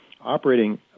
operating